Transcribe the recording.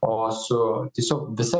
o su tiesiog visa